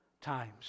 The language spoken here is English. times